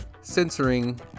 censoring